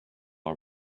are